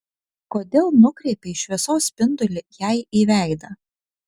kodėl nukreipei šviesos spindulį jai į veidą